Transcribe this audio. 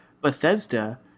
Bethesda